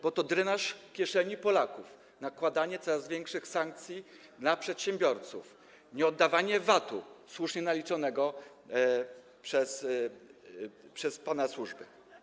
Bo to jest drenaż kieszeni Polaków, nakładanie coraz większych sankcji na przedsiębiorców, nieoddawanie VAT-u słusznie naliczonego przez pana służby.